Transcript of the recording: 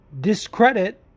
discredit